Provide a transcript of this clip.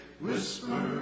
Whisper